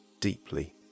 deeply